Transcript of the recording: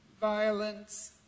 violence